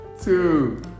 Two